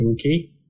okay